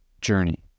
journey